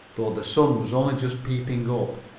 though the sun was only just peeping up,